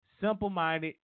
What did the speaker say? Simple-minded